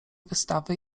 wystawy